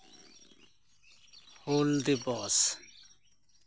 ᱦᱩᱞ ᱫᱤᱵᱚᱥ